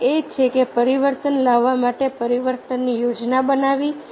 એક એ છે કે પરિવર્તન લાવવા માટે પરિવર્તનની યોજના બનાવવી